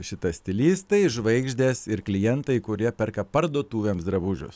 šitą stilistai žvaigždės ir klientai kurie perka parduotuvėms drabužius